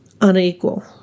unequal